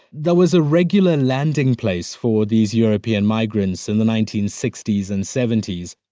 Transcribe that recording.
that was a regular landing place for these european migrants in the nineteen sixty s and seventy s.